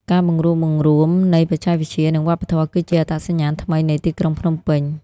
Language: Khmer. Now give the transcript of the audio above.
ការបង្រួបបង្រួមនៃ "បច្ចេកវិទ្យា និងវប្បធម៌" គឺជាអត្តសញ្ញាណថ្មីនៃទីក្រុងភ្នំពេញ។